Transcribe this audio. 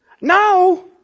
No